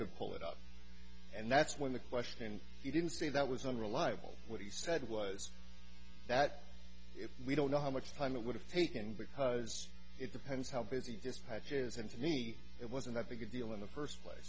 of pull it up and that's when the question you didn't say that was unreliable what he said was that we don't know how much time it would have taken because it depends how busy dispatch is and to me it wasn't i think a deal in the first place